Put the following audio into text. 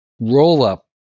roll-up